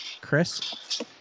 Chris